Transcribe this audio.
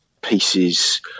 pieces